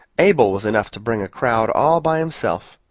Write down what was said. abel was enough to bring a crowd, all by himself,